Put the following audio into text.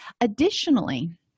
Additionally